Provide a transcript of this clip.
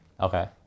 Okay